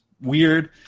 weird